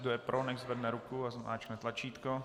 Kdo je pro, nechť zvedne ruku a zmáčkne tlačítko.